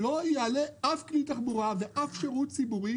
שלא יעלה אף כלי תחבורה ואף שירות ציבורי